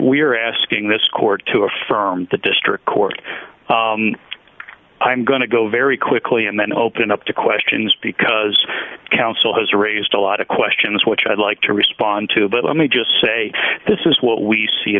we're asking this court to affirm the district court i'm going to go very quickly and then open up to questions because counsel has raised a lot of questions which i'd like to respond to but let me just say this is what we see